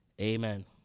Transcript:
Amen